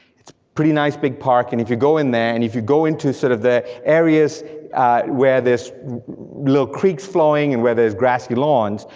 it's pretty nice big park, and if you go in there, and if you go into sort of the areas where there's little creek flowing, and where there's grassy lawns,